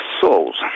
souls